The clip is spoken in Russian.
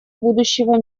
будущего